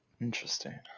Interesting